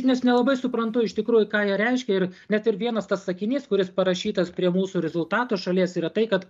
nes nelabai suprantu iš tikrųjų ką jie reiškia ir net ir vienas tas sakinys kuris parašytas prie mūsų rezultato šalies yra tai kad